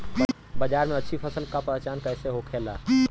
बाजार में अच्छी फसल का पहचान कैसे होखेला?